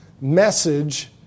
message